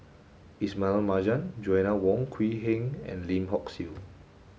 Ismail Marjan Joanna Wong Quee Heng and Lim Hock Siew